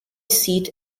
seat